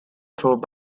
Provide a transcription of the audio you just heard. throw